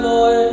Lord